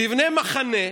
שיבנה מחנה,